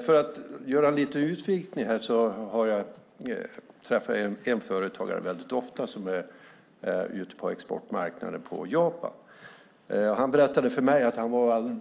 För att göra en liten utvikning här kan jag säga att jag väldigt ofta träffar en företagare som är ute på exportmarknaden, på Japan. Han har berättat för mig att han varit